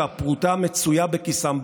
שהפרוטה מצויה בכיסם,